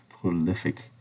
prolific